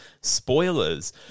spoilers